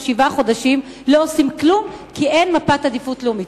ששבעה חודשים לא עושים כלום כי אין מפת עדיפות לאומית,